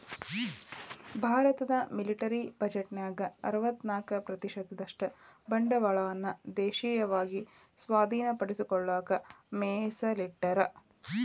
ಭಾರತದ ಮಿಲಿಟರಿ ಬಜೆಟ್ನ್ಯಾಗ ಅರವತ್ತ್ನಾಕ ಪ್ರತಿಶತದಷ್ಟ ಬಂಡವಾಳವನ್ನ ದೇಶೇಯವಾಗಿ ಸ್ವಾಧೇನಪಡಿಸಿಕೊಳ್ಳಕ ಮೇಸಲಿಟ್ಟರ